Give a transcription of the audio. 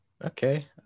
Okay